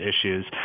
issues